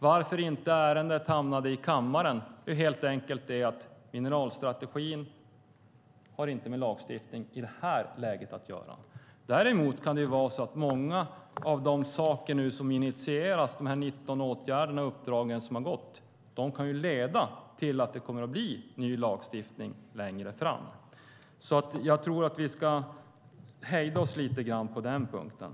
Varför inte ärendet hamnade i kammaren är helt enkelt därför att mineralstrategin inte har med lagstiftning att göra i det här läget. Däremot kan det vara så att många av de saker som initieras, de här 19 åtgärderna och uppdragen som har gått ut, kan leda till att det kommer att bli ny lagstiftning längre fram. Jag tror därför att vi ska hejda oss lite grann på den punkten.